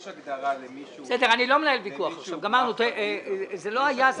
יש הגדרה למי שהוא גמ"ח שהוא